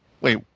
Wait